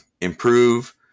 improve